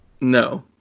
No